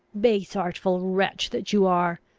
base, artful wretch that you are!